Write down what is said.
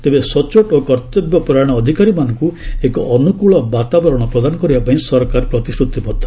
ତେବେ ସଚ୍ଚୋଟ ଓ କର୍ତ୍ତବ୍ୟ ପରାୟଣ ଅଧିକାରୀମାନଙ୍କୁ ଏକ ଅନୁକୂଳ ବାତାବରଣ ପ୍ରଦାନ କରିବାପାଇଁ ସରକାର ପ୍ରତିଶ୍ରତିବଦ୍ଧ